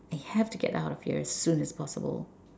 I have to get out of here as soon as possible